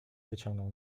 wyciągnął